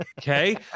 okay